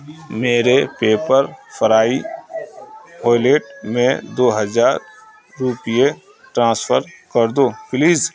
میرے Pepperfry wallet میں دو ہزار روپے ٹرانسفر کر دو پلیز